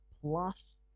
plus